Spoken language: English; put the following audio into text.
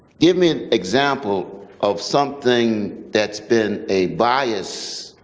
give me an example of something that's been a bias